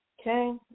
okay